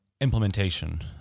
implementation